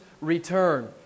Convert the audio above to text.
return